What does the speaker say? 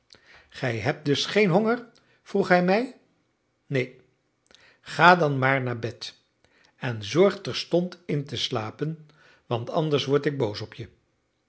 gij hebt dus geen honger vroeg hij mij neen ga dan maar naar bed en zorg terstond in te slapen want anders word ik boos op je